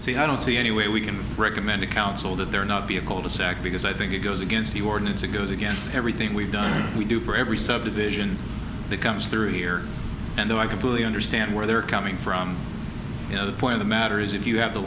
see i don't see any way we can recommend a council that there not be a cul de sac because i think it goes against the ordinance it goes against everything we've done we do for every subdivision that comes through here and i completely understand where they're coming from you know the point of the matter is if you have the